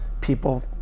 people